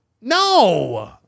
No